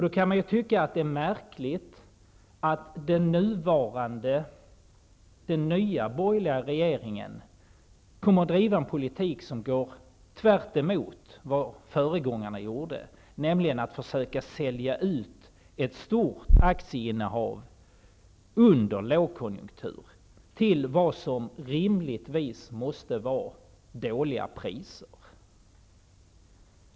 Då kan det tyckas märkligt att den nuvarande, nya borgerliga regeringen vill driva en politik som går tvärt emot föregångarnas på så sätt att man nu, under en lågkonjunktur, försöker sälja ut ett stort aktieinnehav till vad som rimligtvis måste vara dåliga priser.